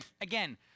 again